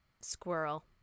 squirrel